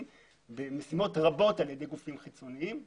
במשימות רבות בגופים חיצוניים אחרים.